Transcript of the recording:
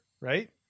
right